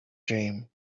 dream